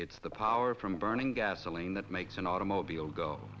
it's the power from burning gasoline that makes an automobile go